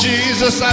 Jesus